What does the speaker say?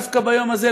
ודווקא ביום הזה,